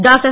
doctor